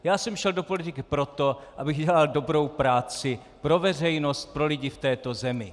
Já jsem šel do politiky proto, abych dělal dobrou práci pro veřejnost, pro lidi v této zemi.